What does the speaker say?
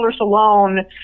alone